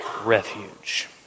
refuge